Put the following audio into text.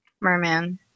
merman